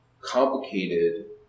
complicated